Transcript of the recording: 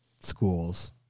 schools